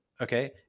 okay